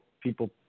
people